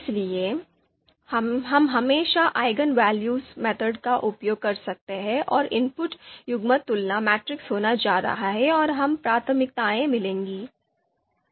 इसलिए हम हमेशा eigenvalues पद्धति का उपयोग कर सकते हैं और इनपुट युग्मक तुलना मैट्रिक्स होने जा रहा है और हमें प्राथमिकताएं मिलेंगी